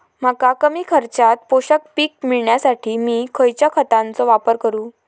मका कमी खर्चात पोषक पीक मिळण्यासाठी मी खैयच्या खतांचो वापर करू?